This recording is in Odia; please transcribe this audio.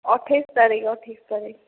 ଅଠେଇଶି ତାରିଖ ଅଠେଇଶି ତାରିଖ